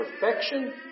perfection